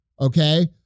okay